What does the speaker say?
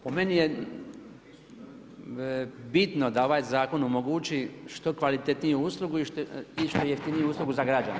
Po meni je bitno da ovaj zakon omogući što kvalitetniju uslugu i što jeftiniju uslugu za građane.